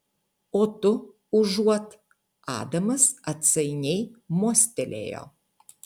o tu užuot adamas atsainiai mostelėjo